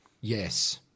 Yes